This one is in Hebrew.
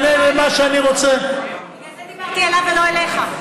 בגלל זה דיברתי אליו, ולא אליך.